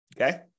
Okay